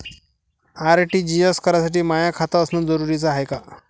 RTGS करासाठी माय खात असनं जरुरीच हाय का?